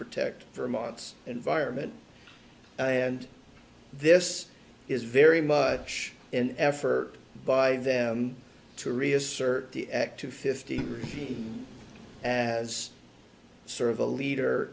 protect vermont's environment and this is very much an effort by them to reassert the active fifty as sort of a leader